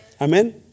Amen